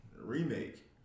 Remake